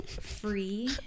free